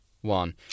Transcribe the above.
one